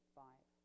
five